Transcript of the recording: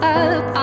up